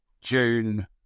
June